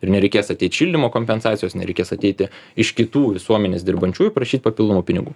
ir nereikės ateit šildymo kompensacijos nereikės ateiti iš kitų visuomenės dirbančiųjų prašyt papildomų pinigų